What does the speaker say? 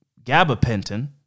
gabapentin